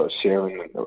sharing